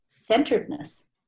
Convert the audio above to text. centeredness